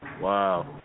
Wow